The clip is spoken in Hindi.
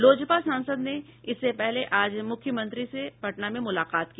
लोजपा सांसद ने इससे पहले आज मुख्यमंत्री से पटना में मुलाकात की